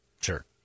Sure